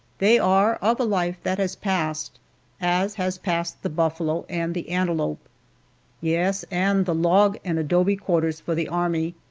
they are of a life that has passed as has passed the buffalo and the antelope yes, and the log and adobe quarters for the army.